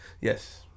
yes